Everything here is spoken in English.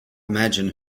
imagine